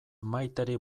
maiteri